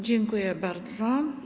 Dziękuję bardzo.